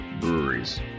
breweries